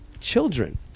children